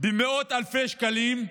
במאות אלפי שקלים,